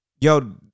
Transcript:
yo